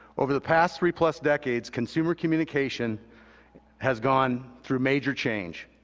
over the past three-plus decades, consumer communication has gone through major change,